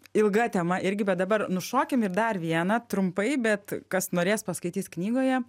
ilga tema irgi bet dabar nušokim ir dar vieną trumpai bet kas norės paskaitys knygoje